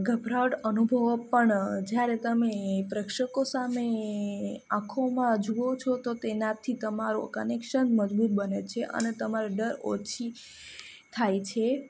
ગભરાટ અનુભવો પણ જ્યારે તમે પ્રેક્ષકો સામે આંખોમાં જુઓ છો તો તેનાથી તમારું કનેક્શન મજબૂત બને છે અને તમારો ડર ઓછો થાય છે